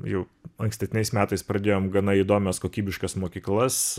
jau ankstesniais metais pradėjom gana įdomias kokybiškas mokyklas